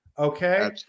Okay